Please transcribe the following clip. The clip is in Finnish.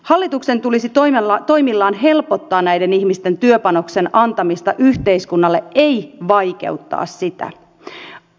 hallituksen tulisi toimillaan helpottaa näiden ihmisten työpanoksen antamista yhteiskunnalle ei vaikeuttaa sitä